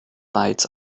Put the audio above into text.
bites